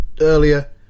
earlier